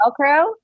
Velcro